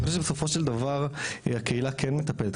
אני חושב שבסופו של דבר הקהילה כן מטפלת.